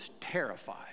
terrified